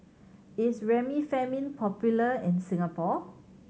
is Remifemin popular in Singapore